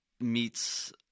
meets